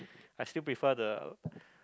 I still prefer the